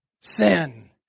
Sin